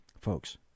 folks